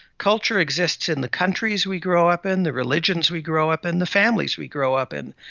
culture exists in the countries we grow up in, the religions we grow up in, the families we grow up in.